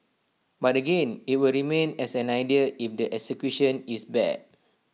but again IT will remain as an idea if the execution is bad